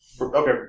Okay